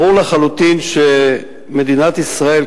ברור לחלוטין שמדינת ישראל,